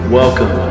welcome